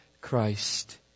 Christ